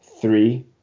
Three